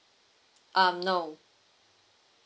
um no